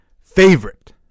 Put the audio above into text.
favorite